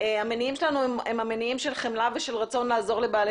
המניעים שלנו הם המניעים של חמלה ורצון לעזור לבעלי